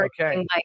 okay